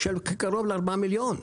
של קרוב ל-4 מיליון,